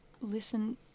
listen